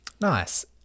Nice